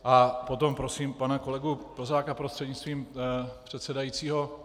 A potom prosím pana kolegu Plzáka prostřednictvím předsedajícího.